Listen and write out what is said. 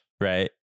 right